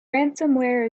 ransomware